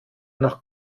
nach